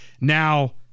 Now